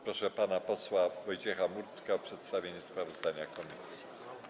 Proszę pana posła Wojciecha Murdzka o przedstawienie sprawozdania komisji.